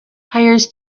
hires